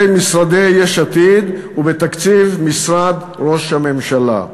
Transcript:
משרדי יש עתיד ובתקציב משרד ראש הממשלה.